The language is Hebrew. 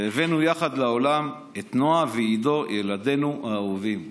והבאנו יחד לעולם את נעה ועדו, ילדינו האהובים.